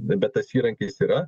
bet tas įrankis yra